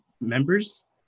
members